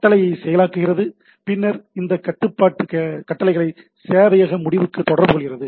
கட்டளையை செயலாக்குகிறது பின்னர் இந்த கட்டுப்பாட்டு கட்டளைகளை சேவையக முடிவுக்கு தொடர்பு கொள்கிறது